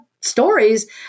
stories